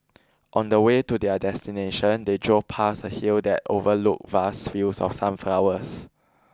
on the way to their destination they drove past a hill that overlooked vast fields of sunflowers